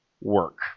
work